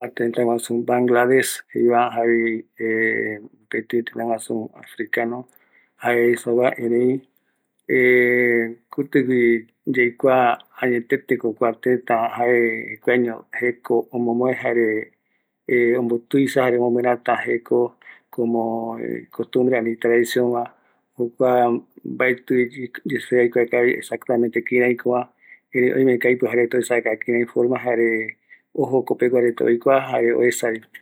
Bangladesch pegua retako kuaretako jaereta guɨnoi oyeano islamica jare bengalies jei supe retava jaeko imusica reta jaeko pop jaeko literatura jare arte jaema kuareta imiari bengalipeno jae jokua jareta ijeko jare jukurai jaereta yoguɨreko